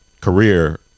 career